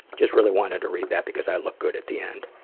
just really wanted to read that because i look good at the end.